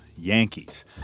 Yankees